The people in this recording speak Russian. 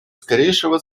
скорейшего